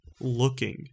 looking